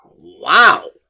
Wow